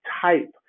type